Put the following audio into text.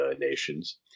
nations